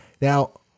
Now